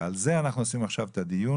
על זה אנחנו מקיימים עכשיו את הדיון